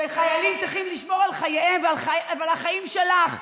וחיילים צריכים לשמור על חייהם ועל החיים שלך,